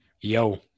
Yo